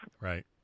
Right